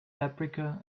paprika